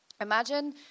Imagine